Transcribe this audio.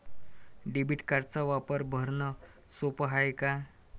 Debit कार्डचा वापर भरनं सोप हाय का?